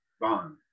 bond